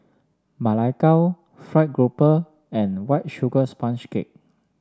Ma Lai Gao fried grouper and White Sugar Sponge Cake